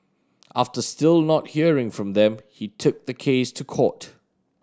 after still not hearing from them he took the case to court